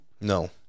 No